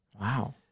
Wow